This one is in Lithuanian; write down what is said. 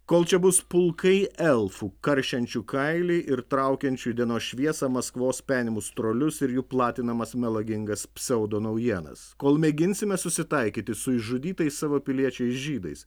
kol čia bus pulkai elfų karšiančių kailį ir traukiančių į dienos šviesą maskvos penimus trolius ir jų platinamas melagingas pseudo naujienas kol mėginsime susitaikyti su išžudytais savo piliečiais žydais